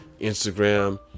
Instagram